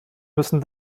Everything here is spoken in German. müssen